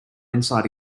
inside